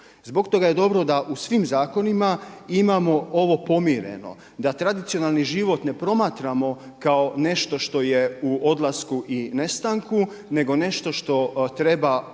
Zbog toga je dobro da u svim zakonima imamo ovo pomireno, da tradicionalni život ne promatramo kao nešto što je u odlasku i nestanku nego nešto što treba očuvati